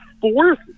fourth